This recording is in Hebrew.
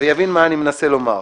ויבין מה אני מנסה לומר: